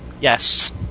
Yes